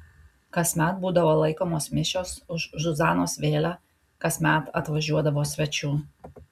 kasmet būdavo laikomos mišios už zuzanos vėlę kasmet atvažiuodavo svečių